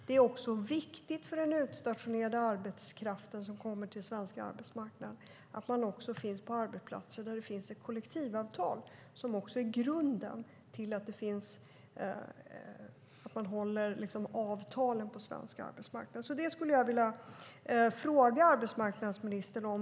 Det är också viktigt att den utstationerade arbetskraft som kommer till Sverige finns på arbetsplatser där det finns kollektivavtal, som ju är grunden för svensk arbetsmarknad. Detta skulle jag vilja fråga arbetsmarknadsministern om.